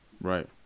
Right